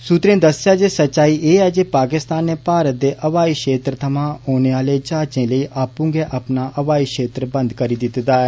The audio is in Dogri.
सूत्रें दस्सेआ जे सच्चाई एह् ऐ ते पाकिस्तान ने भारत दे हवाई क्षेत्र थमां औने आले जहाजें लेई आपूं गै अपना हवाई क्षेत्र बंद कीते दा ऐ